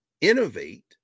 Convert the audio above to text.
innovate